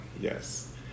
Yes